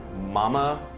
Mama